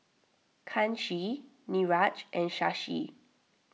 Kanshi Niraj and Shashi